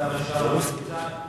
חבר הכנסת כרמל שאמה,